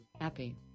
Happy